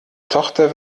tochter